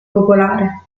popolare